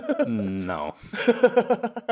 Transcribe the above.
No